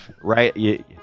Right